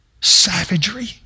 savagery